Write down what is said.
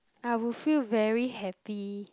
I would feel very happy